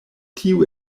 tio